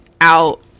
out